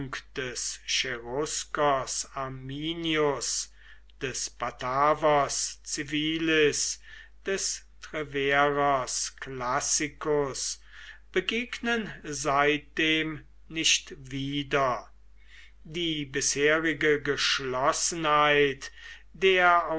des cheruskers arminius des batavers civilis des treverers classicus begegnen seitdem nicht wieder die bisherige geschlossenheit der